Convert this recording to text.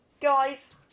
Guys